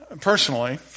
Personally